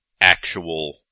actual